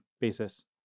basis